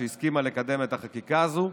שהסכימה לקדם את החקיקה הזו.